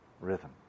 rhythm